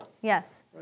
yes